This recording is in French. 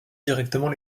directement